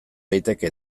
daiteke